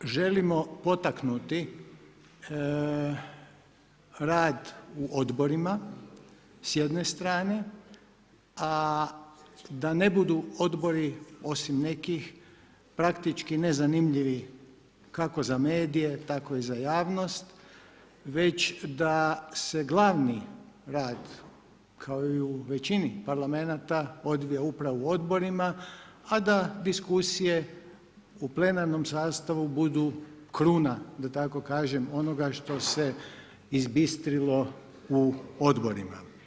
Posebno želimo potaknuti rad u odborima s jedne strane, a da ne budu odbori osim nekih praktički nezanimljivi kako za medije, tako i za javnost već da se glavni rad kao i u većini Parlamenata odvija upravo u odborima, a da diskusije u plenarnom sastavu budu kruna da tako kažem onoga što se izbistrilo u odborima.